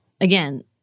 Again